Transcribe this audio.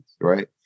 Right